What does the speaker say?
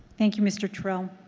thank you, mr. terrill.